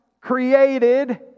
created